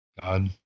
God